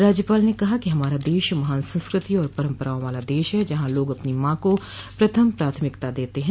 राज्यपाल ने कहा कि हमारा देश महान संस्कृति और परम्पराओं वाला देश है जहां लोग अपनी मां को प्रथम प्राथमिकता देते हैं